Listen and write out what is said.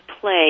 play